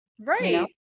Right